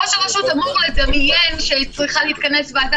ראש הרשות אמור לדמיין שצריכה להתכנס ועדה